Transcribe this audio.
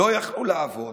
לא יכלו לעבוד